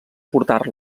portar